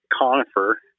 conifer